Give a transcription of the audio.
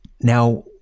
Now